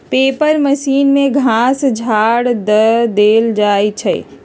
paper machine में घास झाड़ ध देल जाइ छइ